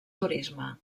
turisme